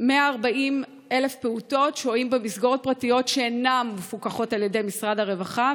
140,000 פעוטות שוהים במסגרות פרטיות שאינן מפוקחות על ידי משרד הרווחה.